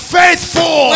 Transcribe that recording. faithful